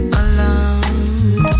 alone